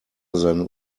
than